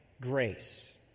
Grace